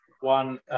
one